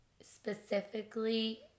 specifically